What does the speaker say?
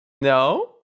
No